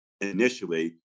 initially